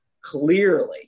Clearly